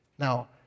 Now